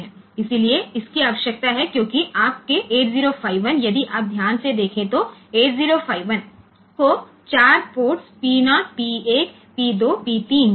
इसलिए इसकी आवश्यकता है क्योंकि आपके 8051 यदि आप ध्यान से देखें तो 8051 को 4 पोर्ट P 0P1P2P3 मिला है